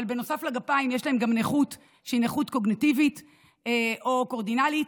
אבל נוסף לגפיים יש להם גם נכות קוגניטיבית או קורדינלית.